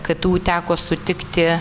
ktu teko sutikti